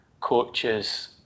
coaches